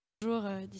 Bonjour